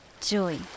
joy